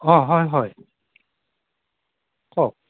অ' হয় হয় কওক